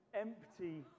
empty